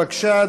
בבקשה,